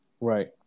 Right